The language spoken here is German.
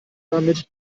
damit